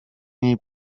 niej